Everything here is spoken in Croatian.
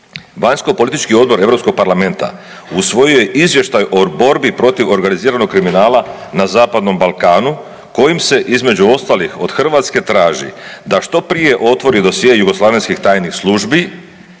Vanjsko politički Odbor Europskog parlamenta usvojio je Izvještaj o borbi protiv organiziranog kriminala na zapadnom Balkanu kojim se između ostalih od Hrvatske traži da što prije otvori dosje Jugoslavenskih tajnih službi